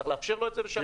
צריך לאפשר לו את זה.